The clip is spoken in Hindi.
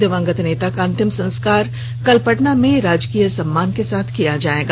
दिवंगत नेता का अंतिम संस्कार कल पटना में राजकीय सम्मान के साथ किया जाएगा